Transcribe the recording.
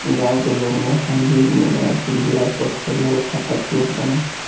गांव के लोग नासमझी में वार्षिक बियाज प्रतिशत वाला खाता खोलत बाने